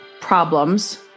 problems